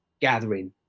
gathering